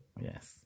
Yes